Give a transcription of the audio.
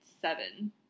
seven